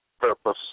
purpose